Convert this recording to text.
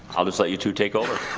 i'll just let you two take over.